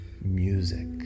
music